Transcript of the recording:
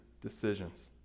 decisions